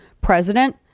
president